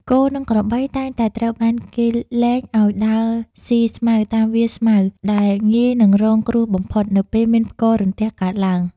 គោ និងក្របីតែងតែត្រូវបានគេលែងឱ្យដើរស៊ីស្មៅតាមវាលស្មៅដែលងាយនឹងរងគ្រោះបំផុតនៅពេលមានផ្គររន្ទះកើតឡើង។